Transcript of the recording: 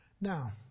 Now